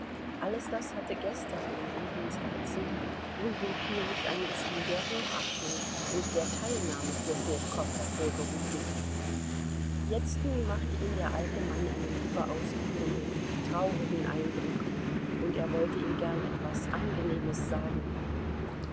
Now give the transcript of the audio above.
alles das hatte gestern in ljewins herzen unwillkürlich ein gefühl der hochachtung und der teilnahme für snetkow hervorgerufen jetzt nun machte ihm der alte mann einen überaus rührenden traurigen eindruck und er wollte ihm gern etwas angenehmes sagen